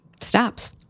stops